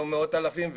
לא מאות אלפים,